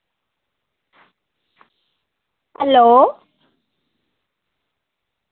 hello